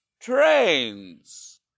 Trains